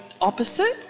opposite